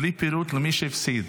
בלי פירוט למי שהפסיד.